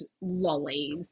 lollies